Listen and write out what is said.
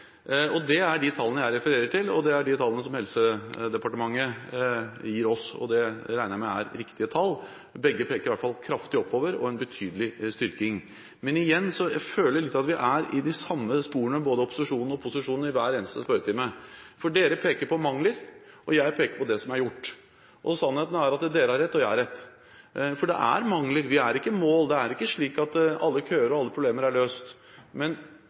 Det er de tallene jeg refererer til. Det er de tallene som Helsedepartementet gir oss, og det regner jeg med er riktige tall. Begge peker iallfall kraftig oppover – en betydelig styrking. Men igjen: Jeg føler litt at vi er i de samme sporene, både posisjonen og opposisjonen, i hver eneste spørretime, for dere peker på mangler og jeg peker på det som er gjort, og sannheten er at dere har rett og jeg har rett. For det er mangler, vi er ikke i mål, det er ikke slik at alle køer og alle problemer er løst, men